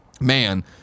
man